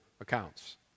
accounts